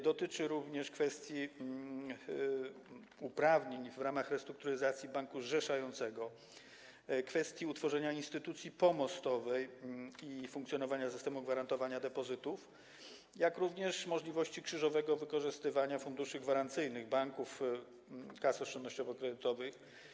Dotyczy to także kwestii uprawnień w ramach restrukturyzacji banku zrzeszającego, kwestii utworzenia instytucji pomostowej i funkcjonowania systemu gwarantowania depozytów, jak również możliwości krzyżowego wykorzystywania funduszy gwarancyjnych banków i kas oszczędnościowo-kredytowych.